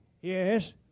Yes